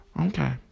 okay